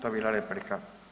To je bila replika.